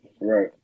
Right